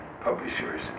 publishers